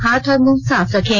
हाथ और मुंह साफ रखें